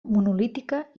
monolítica